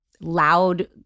loud